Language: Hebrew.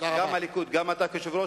גם הליכוד וגם אתה כיושב-ראש,